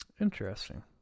Interesting